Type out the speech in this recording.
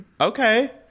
Okay